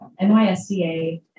NYSCA